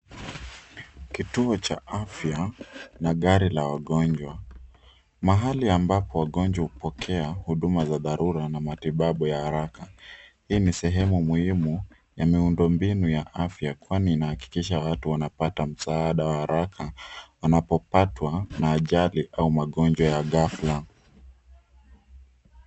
Kituo cha afya na gari la wagonjwa. Mahali ambapo wagonjwa hupokea huduma za dharura na matibabu ya haraka. Hii ni sehemu muhimu ya miundombinu ya afya kwani inahakikisha watu wanapata msaada wa haraka wanapopatwa na ajali au magonjwa ya ghafla.